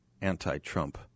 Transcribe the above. anti-Trump